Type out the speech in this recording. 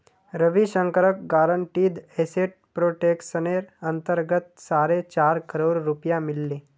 रविशंकरक guaranteed asset प्रोटेक्शनेर अंतर्गत साढ़े चार करोड़ रुपया मिल ले